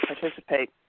participate